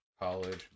college